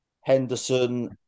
Henderson